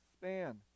span